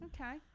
Okay